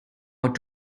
out